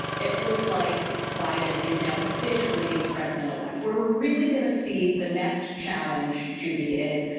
it looks like biden is now officially the president-elect. where we're really going to see the next challenge, judy, is,